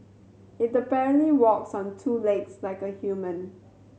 it apparently walks on two legs like a human